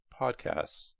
podcasts